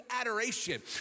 adoration